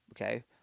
okay